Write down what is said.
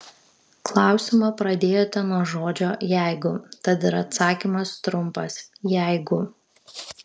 klausimą pradėjote nuo žodžio jeigu tad ir atsakymas trumpas jeigu